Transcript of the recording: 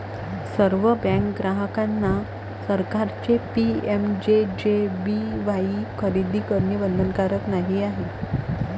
सर्व बँक ग्राहकांना सरकारचे पी.एम.जे.जे.बी.वाई खरेदी करणे बंधनकारक नाही आहे